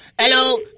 hello